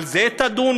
על זה תדונו,